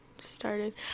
started